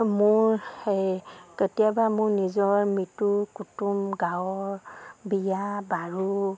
মোৰ কেতিয়াবা মোৰ নিজৰ মিতিৰ কুটুম গাঁৱৰ বিয়া বাৰু